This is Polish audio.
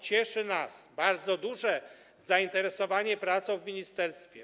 Cieszy nas bardzo duże zainteresowanie pracą w ministerstwie.